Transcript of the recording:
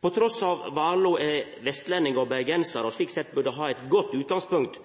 Trass i at Warloe er vestlending og bergensar, og slik sett burde ha eit godt utgangspunkt